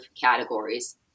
categories